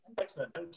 excellent